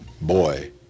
boy